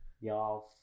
Y'all